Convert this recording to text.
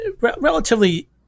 relatively